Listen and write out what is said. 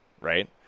right